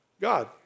God